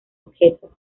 objeto